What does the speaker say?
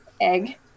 egg